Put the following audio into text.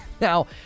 Now